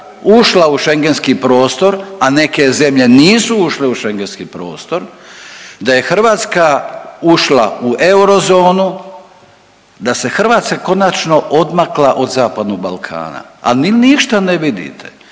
ušla u Šengenski prostor, a neke zemlje nisu ušle u Šengenski prostor, da je Hrvatska ušla u eurozonu, da se Hrvatska konačno odmakla od zapadnog Balkana, a vi ništa ne vidite.